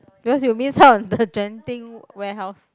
because you missed out on the Genting warehouse